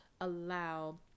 allow